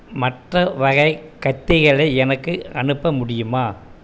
மற்ற வகை கத்திகளை எனக்கு அனுப்ப முடியுமா